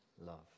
love